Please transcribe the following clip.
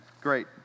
Great